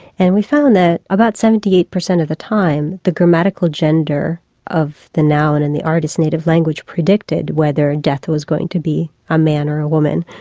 and we found that about seventy eight percent of the time the grammatical gender of the noun in the artist's native language predicted whether death was going to be a man or a woman,